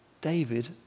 David